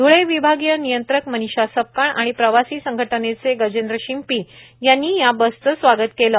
ध्ळे विभागीय नियंत्रक मनिशा सपकाळ आणि प्रवासी संघटनेचे गजेंद्र शिंपी यांनी या बसचं स्वागत केलं